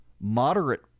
moderate